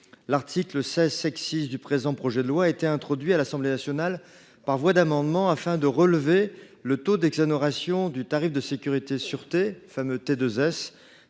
L’article 16 du présent projet de loi a été introduit à l’Assemblée nationale par voie d’amendement, afin de relever le taux d’exonération du tarif de sûreté et de sécurité (T2S)